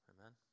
Amen